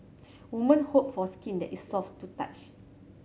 woman hope for skin that is soft to touch